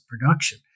production